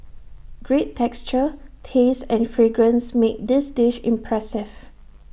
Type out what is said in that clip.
great texture taste and fragrance make this dish impressive